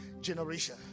generation